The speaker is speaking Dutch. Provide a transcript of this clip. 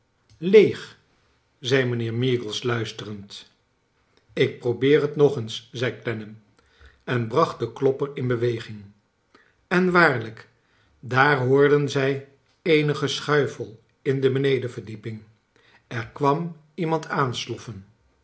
leeg zei mijnheer meagles luisterend ik probeer het nog eens zei clennam en bracht den klopper in beweging en waarlijk daar hoorden zij eenig geschuifel in de benedenverdieping er kwam iemand aansloffen